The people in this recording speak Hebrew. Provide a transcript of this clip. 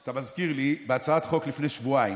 אתה מזכיר לי, בהצעת חוק לפני שבועיים,